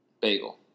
Bagel